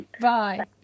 Bye